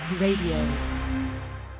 RADIO